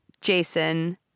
Jason